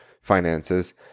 finances